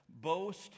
boast